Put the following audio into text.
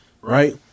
right